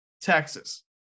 Texas